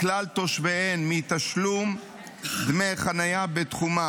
כלל תושביהן מתשלום דמי חניה בתחומן.